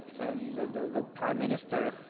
and the prime minister,